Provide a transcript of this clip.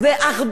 למשל,